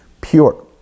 Pure